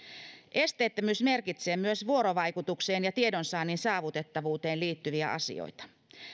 esteettömyys merkitsee myös vuorovaikutukseen ja tiedonsaannin saavutettavuuteen liittyviä asioita